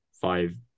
five